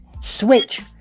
switch